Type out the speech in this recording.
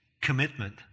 commitment